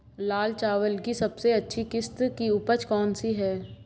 लाल चावल की सबसे अच्छी किश्त की उपज कौन सी है?